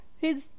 He's-